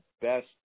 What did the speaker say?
best